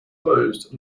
closed